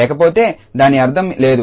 లేకపోతే దాని అర్థం లేదు